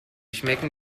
schmecken